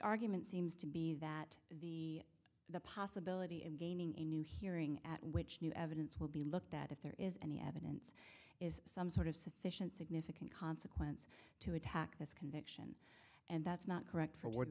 argument seems to be that the the possibility of gaining a new hearing at which new evidence will be looked at if there is any evidence is some sort of sufficient significant consequence to attack this can and that's not correct for o